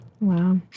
Wow